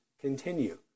continue